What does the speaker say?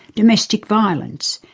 domestic violence,